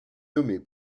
nommé